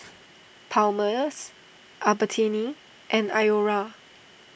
Palmer's Albertini and Iora